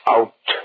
Out